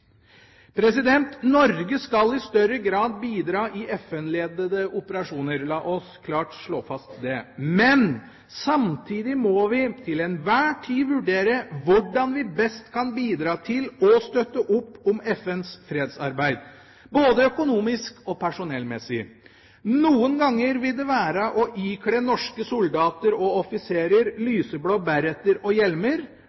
Norge skal i større grad bidra i FN-ledede operasjoner; la oss klart slå fast det. Men samtidig må vi til enhver tid vurdere hvordan vi best kan bidra til å støtte opp om FNs fredsarbeid, både økonomisk og personellmessig. Noen ganger vil det være å ikle norske soldater og offiserer